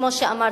כמו שאמרתי,